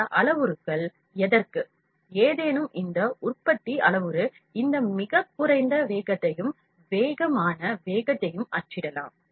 இந்த அளவுருக்கள் எதற்கும் ஏதேனும் இந்த உற்பத்தி அளவுரு இந்த மிகக் குறைந்த வேகத்தையும் வேகமான வேகத்தையும் அச்சிடலாம்